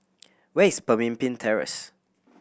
where is Pemimpin Terrace